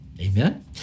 Amen